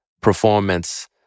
performance